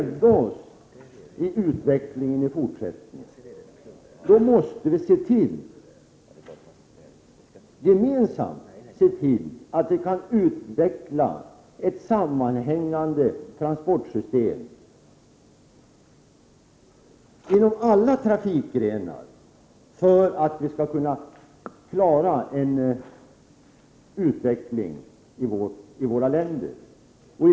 Vi måste gemensamt se till att vi kan utveckla ett sammanhängande transportsystem som omfattar alla trafikgrenar för att vi skall kunna klara utvecklingen i våra länder i fortsättningen.